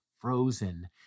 frozen